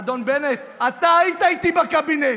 אדון בנט, אתה היית איתי בקבינט,